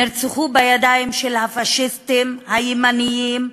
נרצחו בידיים של הפאשיסטים הימנים,